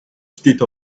state